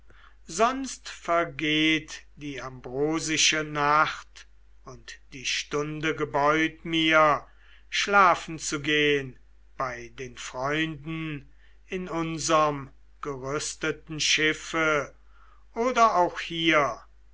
sonst vergeht die ambrosische nacht und die stunde gebeut mir schlafen zu gehn bei den freunden in unserm gerüsteten schiffe oder auch hier